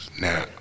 Now